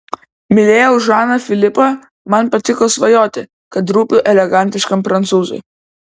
mylėjau žaną filipą man patiko svajoti kad rūpiu elegantiškam prancūzui